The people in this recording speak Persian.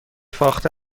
فاخته